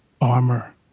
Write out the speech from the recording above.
armor